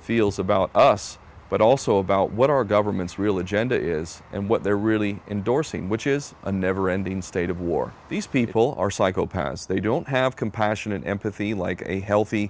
feels about us but also about what our government's really genda is and what they're really endorsing which is a never ending state of war these people are psychopaths they don't have compassion and empathy like a healthy